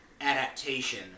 adaptation